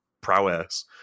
prowess